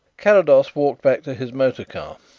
carrados walked back to his motor-car.